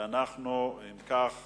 אם כך, אני קובע